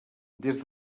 des